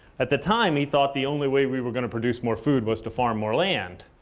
at the time, he thought the only way we were going to produce more food was to farm more land.